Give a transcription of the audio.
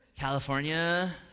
California